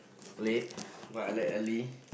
late but I like early